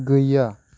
गैया